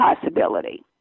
possibility